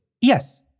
Yes